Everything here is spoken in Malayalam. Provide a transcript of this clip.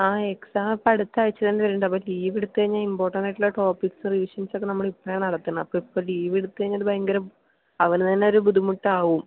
ആ എക്സാം ഇപ്പം അടുത്തയാഴ്ച തന്നെ വരുന്നുണ്ട് അപ്പോൾ ലീവ് എടുത്തു കഴിഞ്ഞാൽ ഇമ്പോർട്ടൻറ് ആയിട്ടുള്ള ടോപിക്സ് റിവിഷൻസ് ഒക്കെ നമ്മളിപ്പോഴാണ് നടത്തുന്നത് അപ്പം ഇപ്പോൾ ലീവ് എടുത്തുകഴിഞ്ഞാൽ ഭയങ്കര അവനുതന്നെ അതൊരു ബുദ്ധിമുട്ട് ആവും